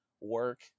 work